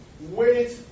wait